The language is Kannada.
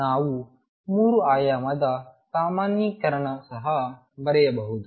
ನಾವು 3 ಆಯಾಮದ ಸಾಮಾನ್ಯೀಕರಣವನ್ನು ಸಹ ಬರೆಯಬಹುದು